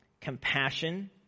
compassion